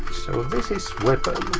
so this is weapon.